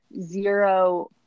zero